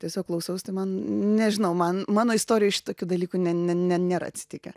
tiesiog klausaus tai man nežinau man mano istorijoj šitokių dalykų ne ne ne nėra atsitikę